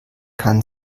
kann